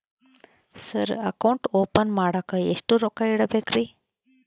Sir account open ಮಾಡಾಕ ಎಷ್ಟು ರೊಕ್ಕ ಇಡಬೇಕ್ರಿ?